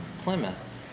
Plymouth